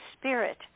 spirit